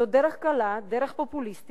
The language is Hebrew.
זאת דרך קלה, דרך פופוליסטית,